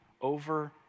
over